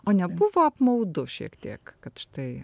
o nebuvo apmaudu šiek tiek kad štai